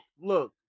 look